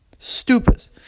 stupas